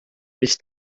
miss